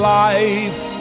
life